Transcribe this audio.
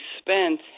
spent